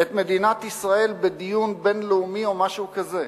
את מדינת ישראל בדיון בין-לאומי או משהו כזה.